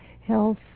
health